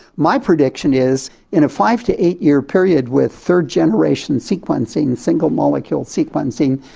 my prediction is in a five to eight year period with third-generation sequencing, single molecule sequencing,